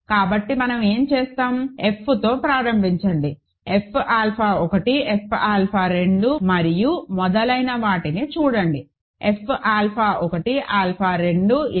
కాబట్టి మనం ఏమి చేస్తాం F తో ప్రారంభించండి F ఆల్ఫా 1 F ఆల్ఫా 2 మరియు మొదలైన వాటిని చూడండి F alpha 1 alpha 2